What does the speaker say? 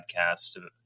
podcast